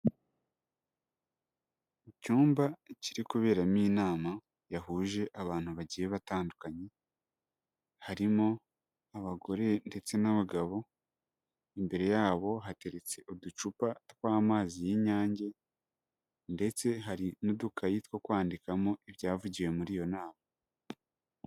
Mu cyumba kiri kuberamo inama, yahuje abantu bagiye batandukanye, harimo abagore, ndetse n'abagabo, imbere yabo hateretse uducupa tw'amazi y'inyange, ndetse hari n'udukayi two kwandikamo ibyavugiwe muri iyo nama.